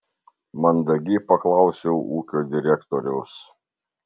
mandagiai paklausiau ūkio direktoriaus